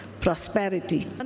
prosperity